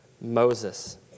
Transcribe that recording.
Moses